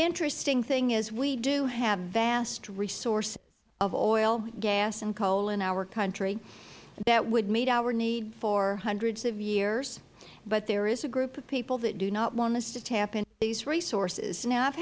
interesting thing is we do have vast resources of oil gas and coal in our country that would meet our need for hundreds of years but there is a group of people that do not want us to tap into these resources now i